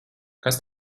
kas